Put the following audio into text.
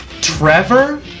Trevor